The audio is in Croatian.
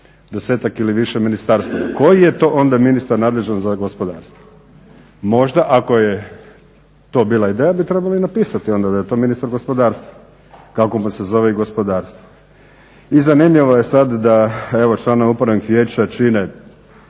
10-ak ili više ministarstava. Koji je to onda ministar nadležan za gospodarstvo? Možda ako je to bila ideja onda je trebalo napisati da je to ministar gospodarstva kako mu se zove i gospodarstvo. I zanimljivo je sada evo člana upravnih vijeća čine